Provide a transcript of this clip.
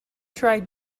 tried